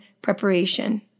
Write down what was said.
preparation